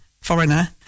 Foreigner